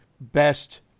best